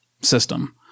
system